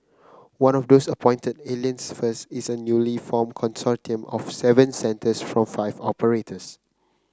one of those appointed Alliance First is a newly formed consortium of seven centres from five operators